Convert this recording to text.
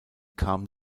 kam